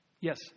Yes